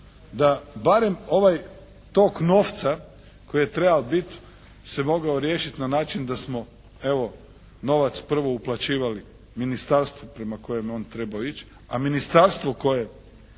da barem ovaj tok novca koji je trebao biti se mogao riješiti na način da smo evo novac prvo uplaćivali ministarstvu prema kojem je on trebao ići, a ministarstvo koje